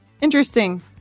Interesting